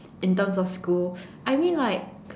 in terms of school I mean like